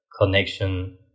connection